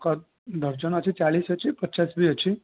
କ'ଣ ଡର୍ଜନ ଅଛି ଚାଳିଶ ଅଛି ପଚାଶ ବି ଅଛି